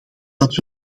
dat